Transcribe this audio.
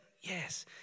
Yes